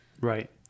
Right